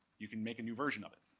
you can make a new version of it.